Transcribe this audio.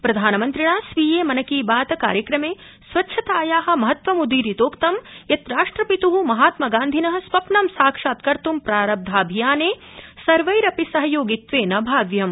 प्रधानमन्त्रिणा स्वीये मन की बात कार्यक्रमे स्वच्छताया महत्वमुदीरितोक्तं यत् राष्ट्रपितः महात्मगान्धिन स्वप्नं साक्षात्कर्त् प्रारब्धाभियाने सर्वैरपि सहयोगित्वेन भाव्यम्